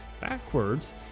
backwards